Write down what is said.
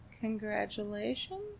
Congratulations